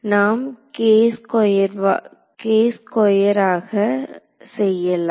நாம் வாக செய்யலாம்